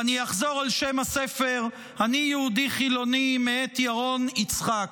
ואני אחזור על שם הספר: "אני יהודי חילוני" מאת ירון יצחק.